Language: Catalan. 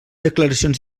declaracions